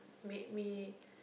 made me